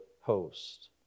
host